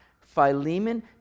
Philemon